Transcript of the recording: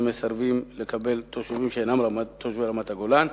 שמסרבים לקבל תושבים שאינם תושבי רמת-הגולן.